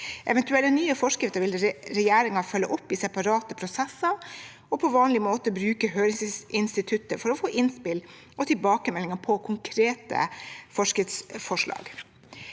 Eventuelle nye forskrifter vil regjeringen følge opp i separate prosesser og på vanlig måte bruke høringsinstituttet for å få innspill og tilbakemeldinger på konkrete forskriftsforslag.